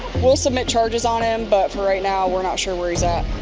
we'll submit charges on him, but for right now, we're not sure where he's at.